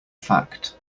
fact